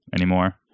anymore